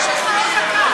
יש לך עוד דקה.